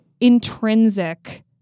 intrinsic